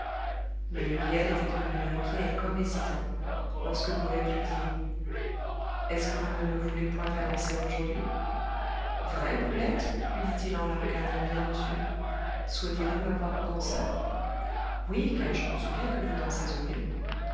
mais huriel était devenu inquiet et comme hésitant lorsque brulette lui dit est-ce que vous ne me voulez point faire danser aujourd'hui vrai brulette lui dit-il en la regardant bien aux yeux souhaitez-vous m'avoir pour danseur oui car je me souviens que vous dansez au mieux